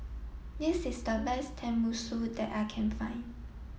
this is the best Tenmusu that I can find